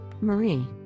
Marie